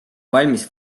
valmis